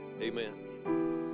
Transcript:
Amen